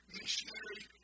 missionary